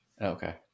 okay